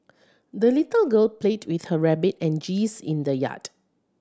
the little girl played with her rabbit and geese in the yard